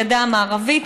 הגדה המערבית,